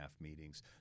meetings